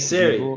Siri